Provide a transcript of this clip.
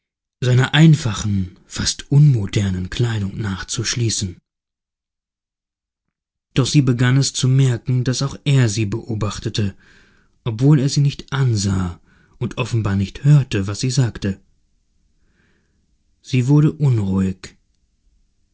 seiner einfachen fast unmodernen kleidung nach zu schließen doch sie begann es zu merken daß auch er sie beobachtete obwohl er sie nicht ansah und offenbar nicht hörte was sie sagte sie wurde unruhig